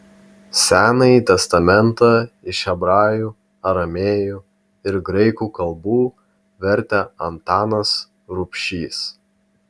senąjį testamentą iš hebrajų aramėjų ir graikų kalbų vertė antanas rubšys